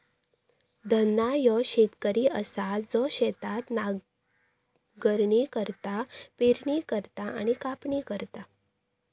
धन्ना ह्यो शेतकरी असा जो शेतात नांगरणी करता, पेरणी करता आणि कापणी करता